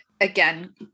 again